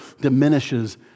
diminishes